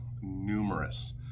numerous